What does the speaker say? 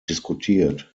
diskutiert